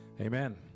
Amen